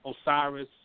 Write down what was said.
Osiris